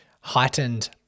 heightened